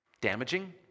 damaging